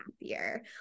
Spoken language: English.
happier